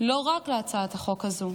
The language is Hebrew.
הצעת החוק הזו.